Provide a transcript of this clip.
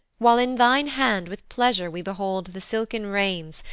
while in thine hand with pleasure we behold the silken reins,